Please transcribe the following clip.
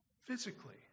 physically